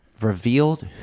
revealed